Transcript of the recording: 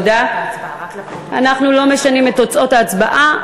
אנחנו לא משנים את תוצאות ההצבעה,